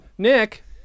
Nick